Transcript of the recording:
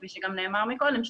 כפי שנאמר גם קודם,